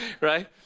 Right